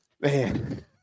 Man